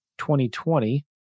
2020